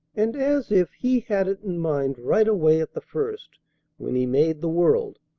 and as if he had it in mind right away at the first when he made the world,